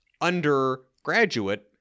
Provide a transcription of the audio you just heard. undergraduate